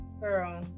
Girl